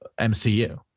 MCU